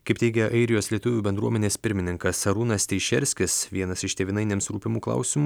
kaip teigia airijos lietuvių bendruomenės pirmininkas arūnas teišerskis vienas iš tėvynainiams rūpimų klausimų